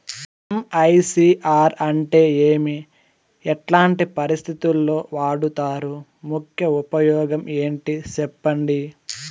MICR అంటే ఏమి? ఎట్లాంటి పరిస్థితుల్లో వాడుతారు? ముఖ్య ఉపయోగం ఏంటి సెప్పండి?